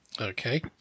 Okay